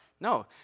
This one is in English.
No